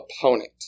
opponent